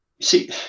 see